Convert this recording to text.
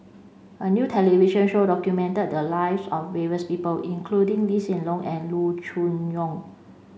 a new television show documented the lives of various people including Lee Hsien Loong and Loo Choon Yong